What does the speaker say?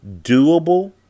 doable